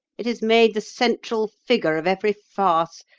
it is made the central figure of every farce,